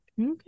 Okay